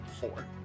four